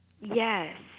Yes